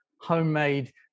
homemade